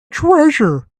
treasure